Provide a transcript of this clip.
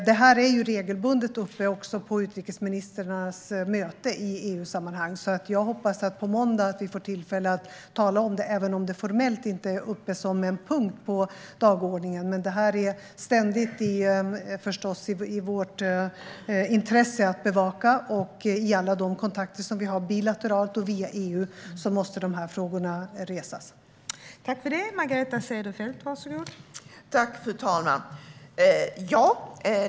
Detta tas regelbundet upp på utrikesministrarnas möten i EU-sammanhang. Jag hoppas att vi på måndag får tillfälle att tala om det även om det formellt inte är uppe som en punkt på dagordningen. Detta ligger i vårt intresse att ständigt bevaka detta, och i alla de kontakter vi har bilateralt och via EU måste dessa frågor tas upp.